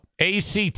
ACT